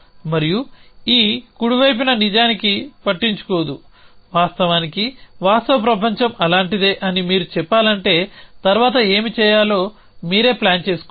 మరియు ఈ కుడి వైపు నిజానికి పట్టించుకోదు వాస్తవానికి వాస్తవ ప్రపంచం అలాంటిదే అని మీరు చెప్పాలంటే తర్వాత ఏమి చేయాలో మీరే ప్లాన్ చేసుకోండి